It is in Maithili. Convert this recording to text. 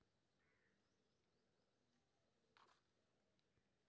अगर हम समय से लोन ना चुकाए सकलिए ते फैन भी लगे छै?